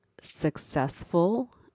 successful